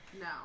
No